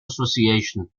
association